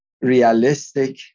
realistic